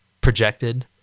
projected